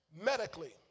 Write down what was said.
Medically